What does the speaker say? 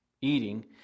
eating